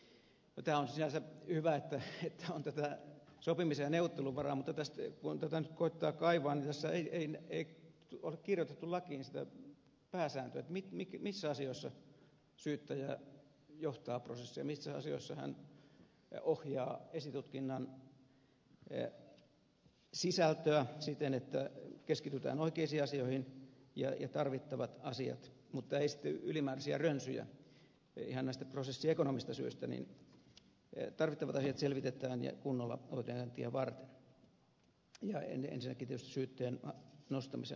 no tämä on sinänsä hyvä että on tätä sopimis ja neuvotteluvaraa mutta kun tätä nyt koettaa kaivaa niin tässä ei ole kirjoitettu lakiin sitä pääsääntöä missä asioissa syyttäjä johtaa prosessia missä asioissa hän ohjaa esitutkinnan sisältöä siten että keskitytään oikeisiin asioihin ja tarvittavat asiat mutta ei sitten ylimääräisiä rönsyjä ihan näistä prosessiekonomisista syistä selvitetään ja kunnolla oikeudenkäyntiä varten ja ensinnäkin tietysti syytteen nostamisen harkitsemista varten